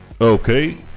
Okay